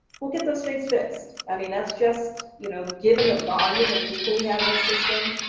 we'll get those things fixed. i mean, that's just, you know, given the volume of people we have in the system,